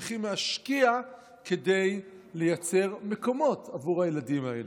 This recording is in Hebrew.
צריך להשקיע כדי לייצר מקומות עבור הילדים האלה.